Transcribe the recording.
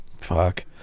Fuck